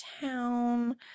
town